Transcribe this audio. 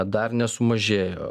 dar nesumažėjo